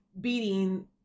beating